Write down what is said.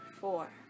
Four